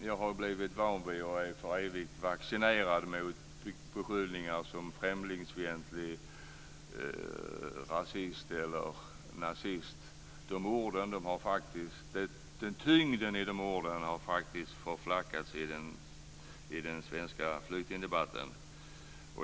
Jag har blivit van vid, och är för evigt vaccinerad mot, beskyllningar som främlingsfientlig, rasist eller nazist. Tyngden i de orden har faktiskt förflackats i den svenska flyktingdebatten.